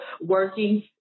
working